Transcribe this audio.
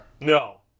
No